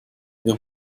wir